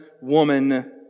woman